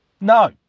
No